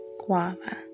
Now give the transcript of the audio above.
guava